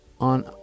On